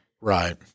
Right